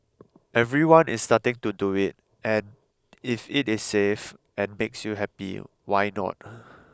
everyone is starting to do it and if it is safe and makes you happy why not